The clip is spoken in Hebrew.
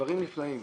דברים נפלאים.